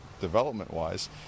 development-wise